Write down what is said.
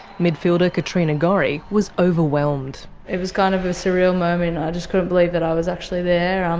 midfielder katrina gorry was overwhelmed. it was kind of a surreal moment, i just couldn't believe that i was actually there. um